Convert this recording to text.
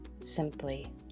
simply